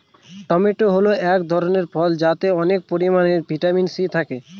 tomato হল এক ধরনের ফল যাতে অনেক পরিমান ভিটামিন সি থাকে